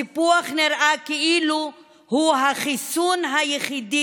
הסיפוח נראה כאילו הוא החיסון היחיד